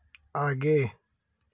आगे